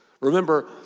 Remember